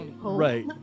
Right